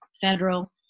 federal